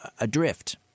adrift